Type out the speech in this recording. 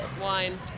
Wine